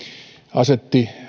asetti